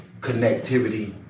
connectivity